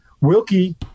Wilkie